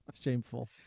shameful